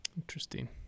interesting